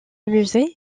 musée